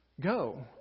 go